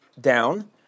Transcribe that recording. down